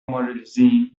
مالزی